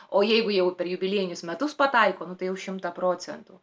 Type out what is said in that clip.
o jeigu jau per jubiliejinius metus pataiko nu tai jau šimtą procentų